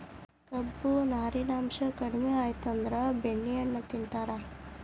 ಕೊಬ್ಬು, ನಾರಿನಾಂಶಾ ಕಡಿಮಿ ಆಗಿತ್ತಂದ್ರ ಬೆಣ್ಣೆಹಣ್ಣು ತಿಂತಾರ